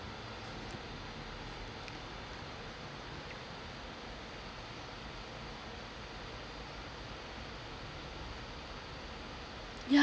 yeah